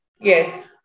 Yes